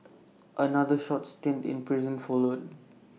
another short stint in prison followed